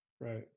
Right